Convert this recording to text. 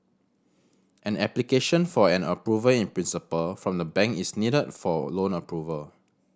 an application for an approval in principle from the bank is needed for loan approval